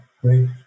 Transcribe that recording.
great